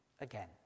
again